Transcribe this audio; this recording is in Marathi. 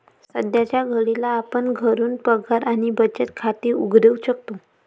सध्याच्या घडीला आपण घरून पगार आणि बचत खाते उघडू शकतो